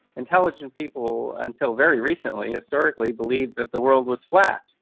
intelligent people until very recently historically believed that the world was flat.